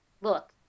Look